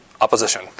opposition